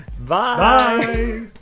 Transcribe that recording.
Bye